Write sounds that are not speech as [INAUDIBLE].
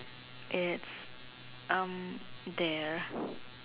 it's um there [BREATH]